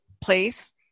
place